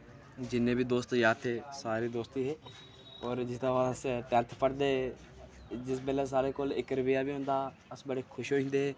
जिन्ने बी दोस्त यार थे सारे दोस्त हे और जिस टैम अस टवैल्थ पढ़दे हे जिस बेल्लै साढ़े कोल इक रपेआ बी होंदा हा अस बड़े खुश होइंदे हे